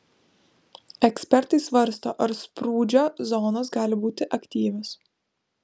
ekspertai svarsto ar sprūdžio zonos gali būti aktyvios